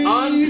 on